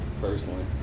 personally